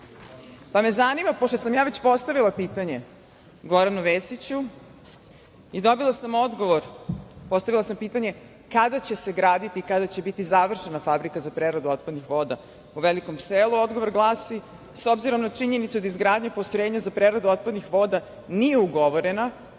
me zanima, pošto sam ja već postavila pitanje Goranu Vesiću kada će se graditi i kada će biti završena Fabrika za preradu otpadnih voda u Velikom Selu, odgovor glasi – s obzirom na činjenicu da izgradnja postrojenja za preradu otpadnih voda nije ugovorena,